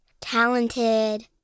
talented